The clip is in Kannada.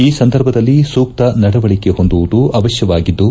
ಈ ಸಂದರ್ಭದಲ್ಲಿ ಸೂಕ್ತ ನಡವಳಿಕೆ ಹೊಂದುವುದು ಅವಶ್ವವಾಗಿದ್ದು